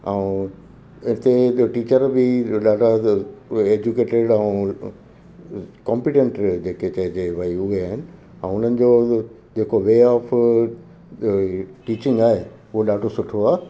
ऐं इते जो टीचर बि ॾाढा उहे एजुकेटिड ऐं कॉम्पीटैंटर जेके चइजे भई उहे आहिनि ऐं उन्हनि जो इहो जेको वे ऑफ टीचिंग आहे उहो ॾाढो सुठो आहे